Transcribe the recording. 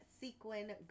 sequin